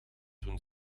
toen